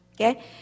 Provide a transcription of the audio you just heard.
Okay